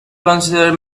consider